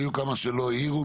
היו כמה שלא העירו.